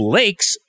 lakes